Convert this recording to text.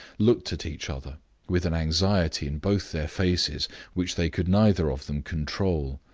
looked at each other with an anxiety in both their faces which they could neither of them control.